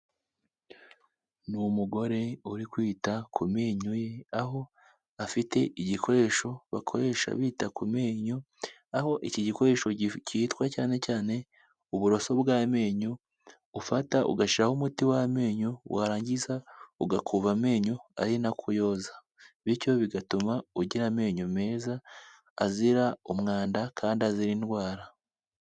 Ni umugore uri kwita ku menyo ye aho afite igikoresho bakoresha bita ku menyo. Aho iki gikoresho cyitwa cyane cyane uburoso bw'amenyo, ufata ugashiraho umuti w'amenyo warangiza ugakuba amenyo ari nako uyoza. Bityo bigatuma ugira amenyo meza azira umwanda kandi azira indwara.